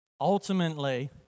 Ultimately